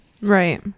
Right